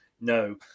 no